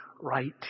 right